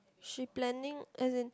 she planning as in